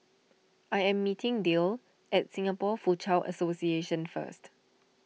I am meeting Dale at Singapore Foochow Association first